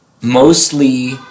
Mostly